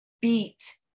beat